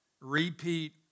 repeat